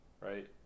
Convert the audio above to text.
right